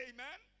Amen